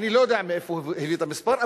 אני לא יודע מאיפה הוא הביא את המספר,